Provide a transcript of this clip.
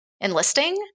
enlisting